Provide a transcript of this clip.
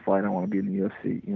but i want to be in your seat, you